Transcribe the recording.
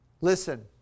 Listen